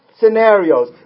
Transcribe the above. scenarios